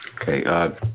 Okay